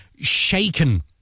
shaken